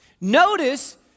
Notice